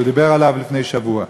שהוא דיבר עליו לפני שבוע: